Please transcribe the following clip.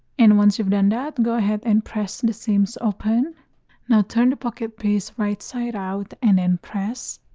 and once you've done that go ahead and press and the seams open now turn the pocket piece right side out and then press.